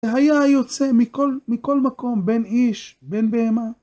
זה היה יוצא מכל מקום, בין איש, בין בהמה.